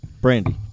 Brandy